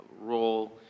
role